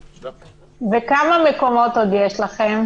וכמה מקומות עוד יש לכם?